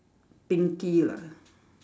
pinky lah